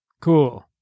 Cool